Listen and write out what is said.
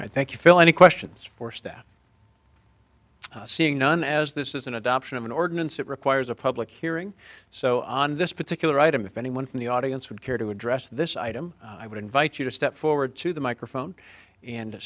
ordinance thank you phil any questions for staff seeing none as this is an adoption of an ordinance that requires a public hearing so on this particular item if anyone from the audience would care to address this item i would invite you to step forward to the microphone and